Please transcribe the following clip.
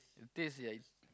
taste ya it